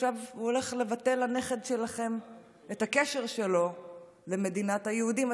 עכשיו הוא הולך לבטל לנכד שלכם את הקשר שלו למדינת היהודים.